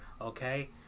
okay